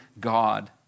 God